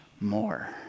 more